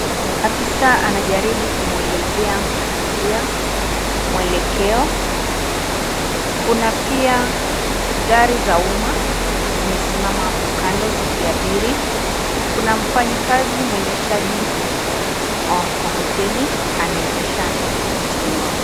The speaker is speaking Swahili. Afisa anaharibu kumwelezea mpita njia mwelekeo. Kuna pia gari za umma zimesimama apo zikiabiri. Kuna mfanyikazi mwendeshaji wa mkokoteni anaendesha mkokoteni wake.